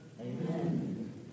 Amen